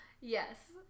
Yes